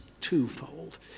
twofold